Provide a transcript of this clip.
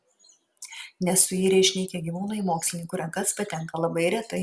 nesuirę išnykę gyvūnai į mokslininkų rankas patenka labai retai